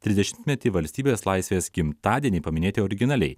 trisdešimtmetį valstybės laisvės gimtadienį paminėti originaliai